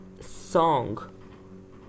song